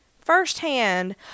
firsthand